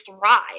thrive